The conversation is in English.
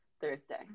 Thursday